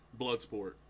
Bloodsport